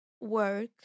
work